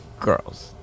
girls